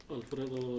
Alfredo